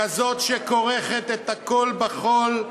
כזאת שכורכת את הכול בכול,